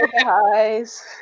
guys